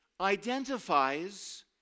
identifies